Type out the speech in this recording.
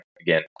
again